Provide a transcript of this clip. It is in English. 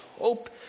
hope